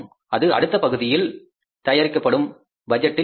அது அடுத்த பகுதியில் தயாரிக்கப்படும் பட்ஜெட்டில் இருக்கும்